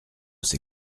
ses